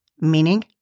meaning